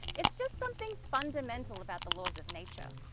it's just something fundamental about the laws of nature.